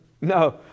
No